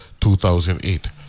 2008